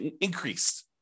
increased